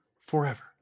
forever